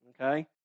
okay